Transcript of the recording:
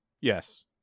Yes